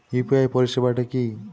UPI পরিসেবাটা কি?